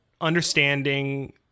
understanding